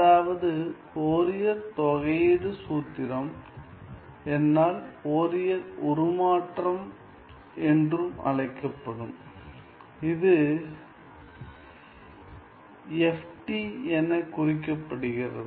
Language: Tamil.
அதாவது ஃபோரியர் தொகையீடு சூத்திரம் என்னால் ஃபோரியர் உருமாற்றம் என்றும் அழைக்கப்படும் இது FT எனக் குறிக்கப்படுகிறது